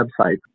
website